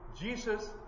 Jesus